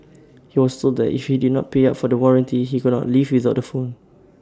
he was sold that if he did not pay up for the warranty he could not leave without the phone